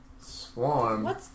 Swarm